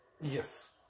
Yes